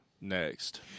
next